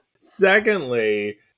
Secondly